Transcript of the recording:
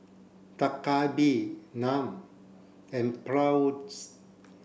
Dak Galbi Naan and Bratwurst